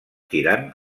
tirant